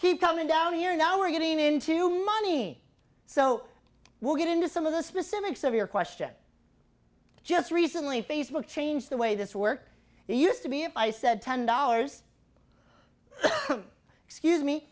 keep coming down here now we're getting into money so we'll get into some of the specifics of your question just recently facebook changed the way this works used to be if i said ten dollars excuse me